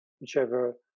whichever